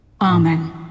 Amen